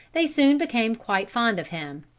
they soon became quite fond of him.